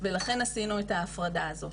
ולכן עשינו את ההפרדה הזאת.